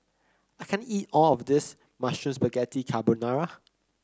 I can't eat all of this Mushroom Spaghetti Carbonara